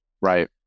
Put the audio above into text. right